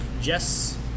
Jess